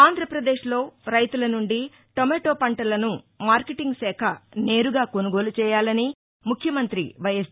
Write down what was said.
ఆంధ్రప్రదేశ్లో రైతుల నుండి టమోటో పంటలను మార్కెటింగ్ శాఖ నేరుగా కొనుగోలు చేయాలని ముఖ్యమంత్రి వైఎస్